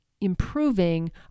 improving